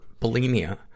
bulimia